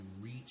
reach